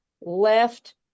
left